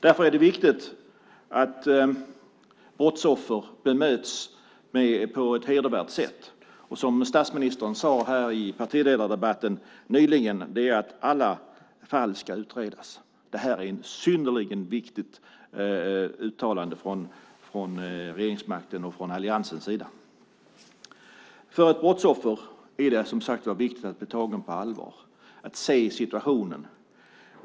Därför är det viktigt att brottsoffer bemöts på ett hedervärt sätt. Som statsministern sade här i partiledardebatten nyligen ska alla fall utredas. Det är ett synnerligen viktigt uttalande från regeringsmakten och alliansens sida. För ett brottsoffer är det viktigt att bli tagen på allvar, att man ser situationen.